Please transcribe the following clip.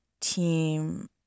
team